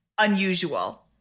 unusual